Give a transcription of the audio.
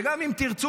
שגם אם תרצו,